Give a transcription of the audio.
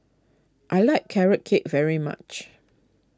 I like Carrot Cake very much